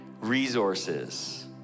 resources